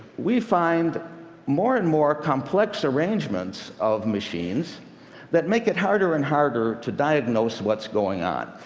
we find more and more complex arrangements of machines that make it harder and harder to diagnose what's going on.